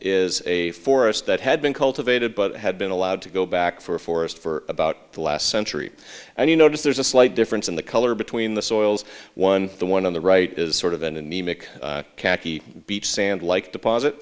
is a forest that had been cultivated but had been allowed to go back for forest for about the last century and you notice there's a slight difference in the color between the soils one the one on the right is sort of an anemic khaki beach sand like deposit